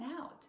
out